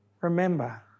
remember